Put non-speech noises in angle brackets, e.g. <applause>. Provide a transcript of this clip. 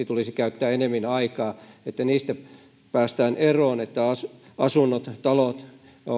<unintelligible> tulisi käyttää enemmän aikaa että niistä päästään eroon että asunnot talot